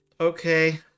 okay